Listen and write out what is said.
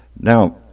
Now